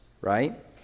right